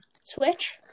Switch